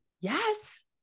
Yes